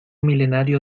milenario